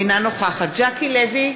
אינה נוכחת ז'קי לוי,